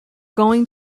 going